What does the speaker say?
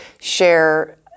share